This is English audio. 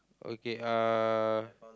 okay uh